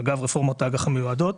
אגב רפורמת האג"ח המיועדות.